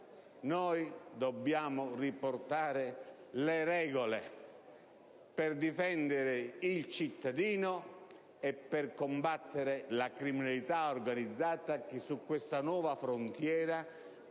Noi dobbiamo riportare le regole, per difendere il cittadino e per combattere la criminalità organizzata che su questa nuova frontiera